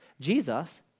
Jesus